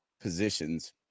positions